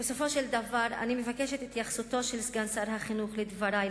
בסופו של דבר אני מבקשת את התייחסותו של סגן שר החינוך לדברי,